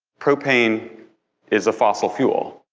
propane is a fossil fuel.